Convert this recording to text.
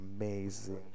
Amazing